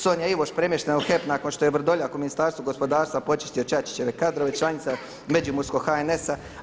Sonja Ivoš premještena u HEP nakon što je Vrdoljak u Ministarstvu gospodarstva počistio Čačićeve kadrove, članica Međimurskog HNS-a.